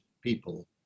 people